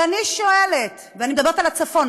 ואני מדברת על הצפון.